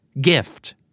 Gift